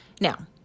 Now